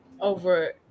over